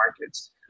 markets